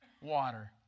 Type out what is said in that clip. Water